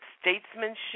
statesmanship